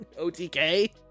OTK